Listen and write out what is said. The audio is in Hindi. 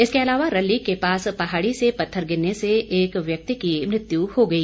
इसके अलावा रल्ली के पास पहाड़ी से पत्थर गिरने से एक व्यक्ति की मृत्यु हो गई